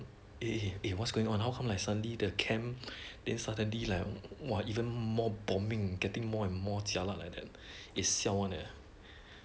eh eh what's going on how come suddenly the camp they suddenly like !wah! even more bombing getting more and more jialat like that eh siao one eh